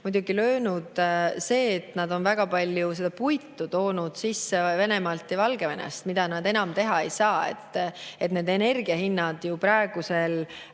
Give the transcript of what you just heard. muidugi löönud see, et nad on väga palju puitu toonud sisse Venemaalt ja Valgevenest, mida nad enam teha ei saa. Energiahinnad praegusel